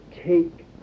take